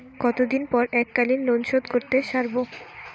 কতদিন পর এককালিন লোনশোধ করতে সারব?